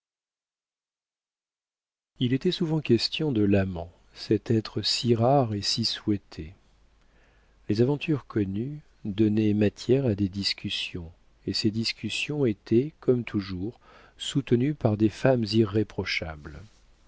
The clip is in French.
il était souvent question de l'amant cet être si rare et si souhaité les aventures connues donnaient matière à des discussions et ces discussions étaient comme toujours soutenues par des femmes irréprochables